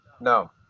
no